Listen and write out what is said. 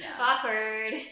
Awkward